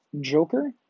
Joker